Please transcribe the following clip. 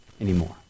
anymore